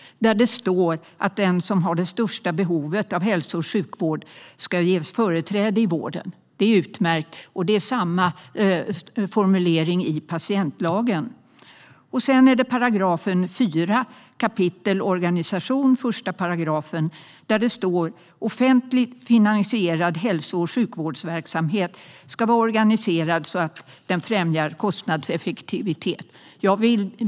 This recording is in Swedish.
Det står att den som har det största behovet ska ges företräde i vården. Det är utmärkt, och det är samma formulering i patientlagen. I 4 kap. 1 § under Organisation står det att offentlig finansierad hälso och sjukvårdsverksamhet ska vara organiserad så att den främjar kostnadseffektivitet.